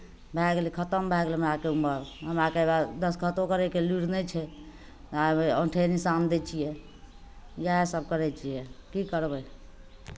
भए गेलै खतम भए गेलै हमरा आरके उमर हमरा आरकेँ तऽ दस्तखतो करयके लुइर नहि छै आब औँठेके निशान दै छियै इएह सभ करै छियै की करबै